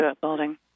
building